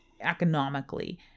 economically